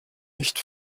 nicht